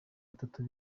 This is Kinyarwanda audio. batatu